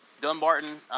Dumbarton